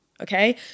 Okay